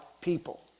people